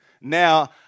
Now